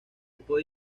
puede